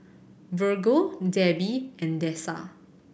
Virgle Debby and Dessa